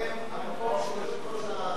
ההצעה להעביר את הצעת חוק